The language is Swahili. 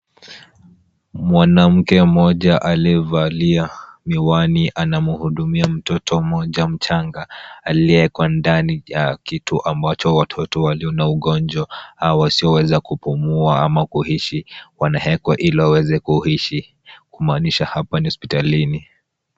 Mwanamke mmoja aliyevalia miwani anamhudumia mtoto mmoja mchanga, aliyeekwa ndani ya kitu ambacho watoto walio na ugonjwa au wasioweza kupumua ama kuhisi wanawekwa ili waweze kuhisi, kumaanisha hapa ni hospitalini.